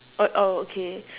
oh oh okay